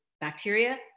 bacteria